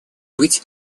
быть